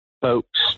folks